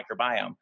microbiome